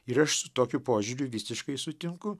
ir aš su tokiu požiūriu visiškai sutinku